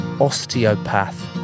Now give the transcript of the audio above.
osteopath